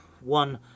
one